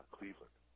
Cleveland